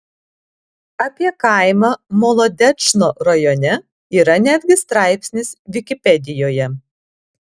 apie kaimą molodečno rajone yra netgi straipsnis vikipedijoje